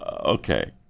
Okay